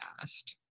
asked